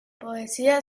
poesía